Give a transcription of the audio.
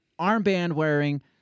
armband-wearing